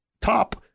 Top